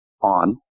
on